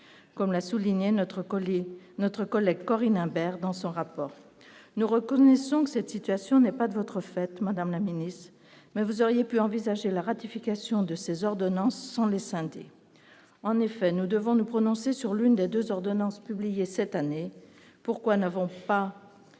notre colère et notre collègue Corinne Imbert dans son rapport, nous reconnaissons que cette situation n'est pas de votre fait, Madame la Ministre, mais vous auriez pu envisager la ratification de ces ordonnances sont les synthés, en effet, nous devons nous prononcer sur l'une des 2 ordonnances publiées cette année, pourquoi n'avons pas,